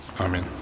Amen